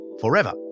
forever